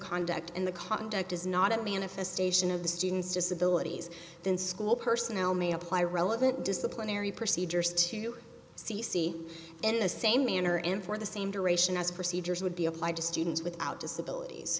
conduct and the conduct is not a manifestation of the student's disabilities then school personnel may apply relevant disciplinary procedures to c c in the same manner and for the same duration as procedures would be applied to students without disabilit